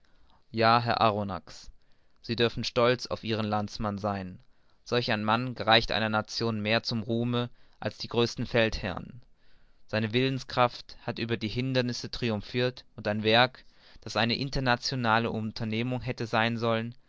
ja herr arronax sie dürfen stolz auf ihren landsmann sein solch ein mann gereicht einer nation mehr zum ruhme als die größten feldherren seine willenskraft hat über die hindernisse triumphirt und ein werk das eine internationale unternehmung hätte sein sollen